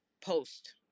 post